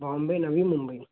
Bombay Navi Mumbai